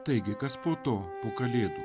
taigi kas po to po kalėdų